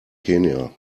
kenia